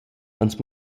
ans